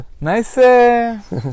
Nice